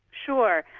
sure.